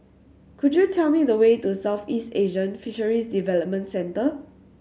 could you tell me the way to Southeast Asian Fisheries Development Centre